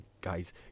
guys